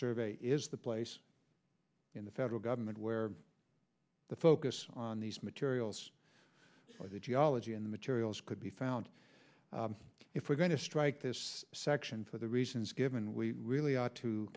survey is the place in the federal government where the focus on these materials or the geology and materials could be found if we're going to strike this section for the reasons given we really ought to